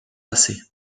passées